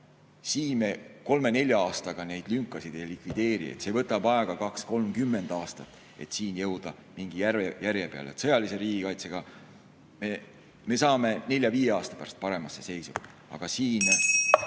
me kolme-nelja aastaga neid lünkasid ei likvideeri. See võtab aega 20 kuni 30 aastat, et jõuda mingi järje peale. Sõjalise riigikaitsega me saame nelja-viie aasta pärast paremasse seisu, aga siin